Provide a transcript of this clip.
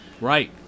right